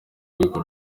rwego